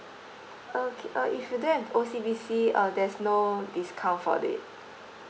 okay uh if you don't have O_C_B_C uh there's no discount for it